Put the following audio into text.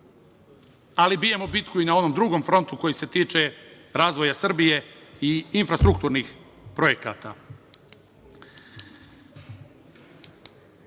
ali bijemo bitku i na ovom drugom frontu koji se tiče razvoja Srbije i infrastrukturnih projekata. Ono